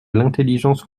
l’intelligence